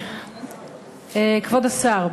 כבוד השר,